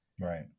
Right